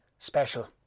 Special